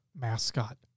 mascot